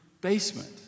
basement